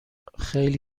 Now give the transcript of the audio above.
خیلی